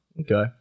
Okay